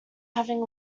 having